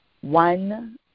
One